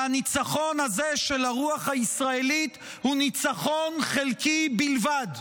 שהניצחון הזה של הרוח הישראלית הוא ניצחון חלקי בלבד,